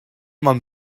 man